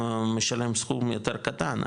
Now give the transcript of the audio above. משלם סכום יותר קטן,